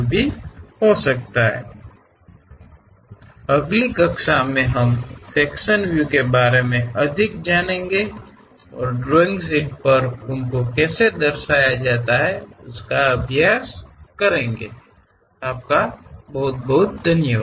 ಮುಂದಿನ ತರಗತಿಯಲ್ಲಿ ನಾವು ವಿಭಾಗೀಯ ವೀಕ್ಷಣೆಗಳ ಬಗ್ಗೆ ಇನ್ನಷ್ಟು ತಿಳಿದುಕೊಳ್ಳುತ್ತೇವೆ ಮತ್ತು ಅವುಗಳನ್ನು ಡ್ರಾಯಿಂಗ್ ಶೀಟ್ನಲ್ಲಿ ಪ್ರತಿನಿಧಿಸುತ್ತೇವೆ